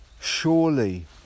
Surely